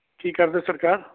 ਕੀ ਕਰਦੇ ਸਰਕਾਰ